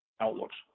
outlooks